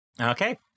Okay